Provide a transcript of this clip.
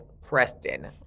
Preston